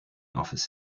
office